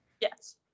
Yes